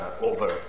over